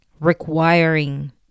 requiring